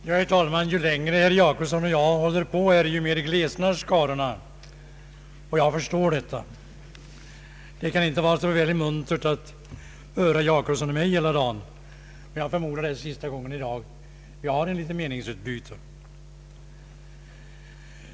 Herr talman! Ju längre herr Jacobsson och jag håller på, desto mer glesnar skarorna, och det kan jag förstå. Det kan inte vara så särskilt muntert att höra herr Jacobsson och mig hela dagen, men jag förmodar att det är sista gången i dag som vi har ett litet meningsutbyte.